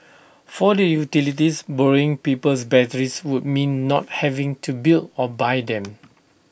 for the utilities borrowing people's batteries would mean not having to build or buy them